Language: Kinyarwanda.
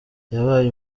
yabaye